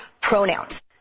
pronouns